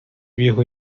viejo